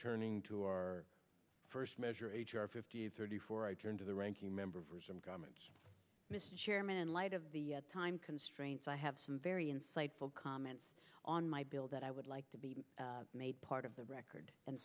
turning to our first measure h r fifty eight thirty four i turn to the ranking member for some comments chairman in light of the time constraints i have some very insightful comments on my bill that i would like to be made part of the record and